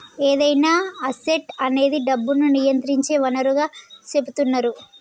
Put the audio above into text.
ఏదైనా అసెట్ అనేది డబ్బును నియంత్రించే వనరుగా సెపుతున్నరు